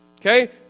Okay